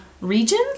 region